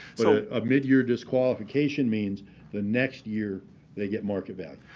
so a midyear disqualification means the next year they get market value.